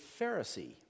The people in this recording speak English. Pharisee